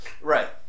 right